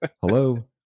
Hello